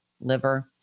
liver